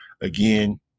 again